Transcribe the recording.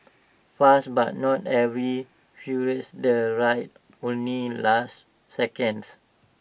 fast but not every furious the ride only lasted seconds